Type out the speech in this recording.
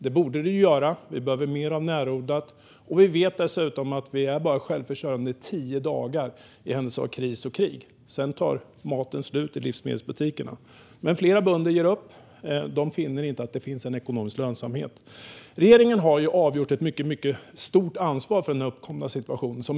Det borde det ju göra. Vi behöver mer av närodlat, och vi vet dessutom att vi är självförsörjande i bara tio dagar i händelse av kris och krig, sedan tar maten slut i livsmedelsbutikerna. Men flera bönder ger upp. De finner inte att det finns en ekonomisk lönsamhet. Regeringen har avgjort ett mycket stort ansvar för den uppkomna situationen.